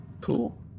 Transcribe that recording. Cool